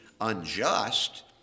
unjust